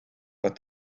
but